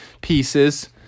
pieces